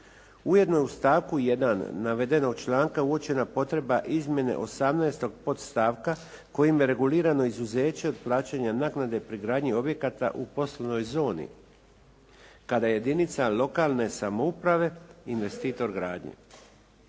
Ujedno je u stavku 1. navedenog članka uočena potreba izmjene 18. podstavka kojim je regulirano izuzeće od plaćanja naknade pri gradnji objekata u poslovnoj zoni. Kada jedinica lokalne samouprave investitor gradnje.